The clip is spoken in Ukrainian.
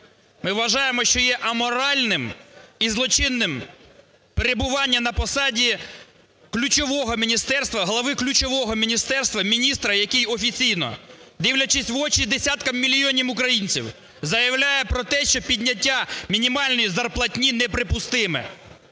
Ми вважаємо, що є аморальним і злочинним перебування на посаді ключового міністерства, голови ключового міністерства міністра, який, офіційно дивлячись в очі десяткам мільйонам українців, заявляє про те, що підняття мінімальної зарплатні неприпустиме.